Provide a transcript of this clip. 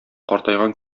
картайган